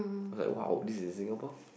I was like !wow! this is in Singapore